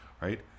Right